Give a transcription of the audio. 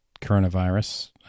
coronavirus